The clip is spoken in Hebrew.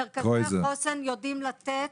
מרכזי החוסן יודעים לעשות